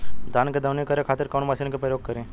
धान के दवनी करे खातिर कवन मशीन के प्रयोग करी?